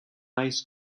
ice